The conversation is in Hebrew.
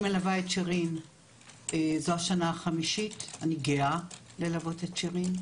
אני מלווה את שירין זו השנה החמישית אני גאה ללוות את שירין,